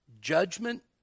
Judgment